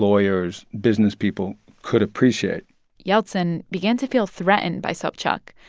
lawyers, business people could appreciate yeltsin began to feel threatened by sobchak,